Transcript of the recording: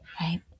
right